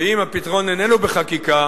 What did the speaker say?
ואם הפתרון איננו בחקיקה,